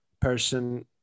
person